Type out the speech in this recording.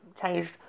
Changed